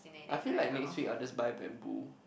I feel like next week I'll just buy bamboo